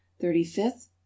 thirty-fifth